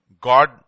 God